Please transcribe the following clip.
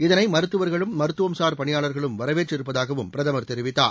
இதனை மருத்துவர்களும் மருத்துவம்சார் பணியாளர்களும் வரவேற்றிருப்பதகாவும் பிரதமர் தெரிவித்தார்